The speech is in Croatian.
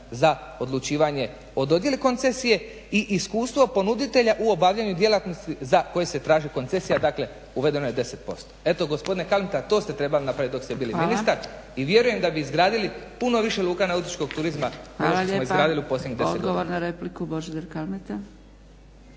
za odlučivanje o dodjeli koncesije i iskustvo ponuditelja u obavljanju djelatnosti za koje se traži koncesija. Dakle, uvedeno je 10%. Eto, gospodine Kalmeta to ste trebali napraviti dok ste bili ministar i vjerujem da bi izgradili puno više luka nautičkog turizma nego što smo izgradili u posljednjih 10 godina.